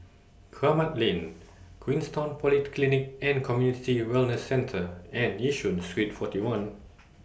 Kramat Lane Queenstown Polyclinic and Community Wellness Centre and Yishun Street forty one